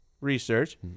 research